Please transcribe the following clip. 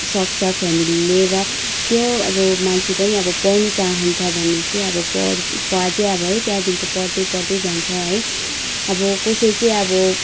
सक्छ फेमिलीले र त्यो अब मान्छे पनि पढ्नु चाहन्छ भने चाहिँ अब पढ् अझै अब है त्यहाँदेखिको पढ्दै पढ्दै जान्छ है अब कसै चाहिँ अब